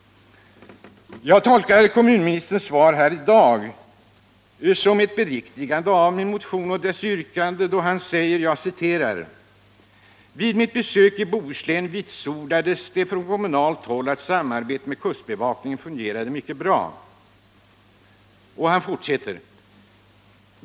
Jag tolkar kommunministerns svar här i dag som ett beriktigande av min motion och dess yrkande, då han säger: ”Vid mitt besök i Bohuslän vitsordades det från kommunalt håll att samarbetet med kustbevakningen fungerade mycket bra.